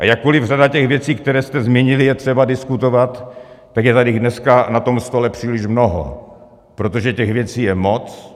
A jakkoliv řadu těch věcí, které jste zmínili, je třeba diskutovat, tak je jich tady dneska na tom stole příliš mnoho, protože těch věcí je moc.